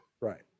Right